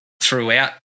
throughout